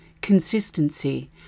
consistency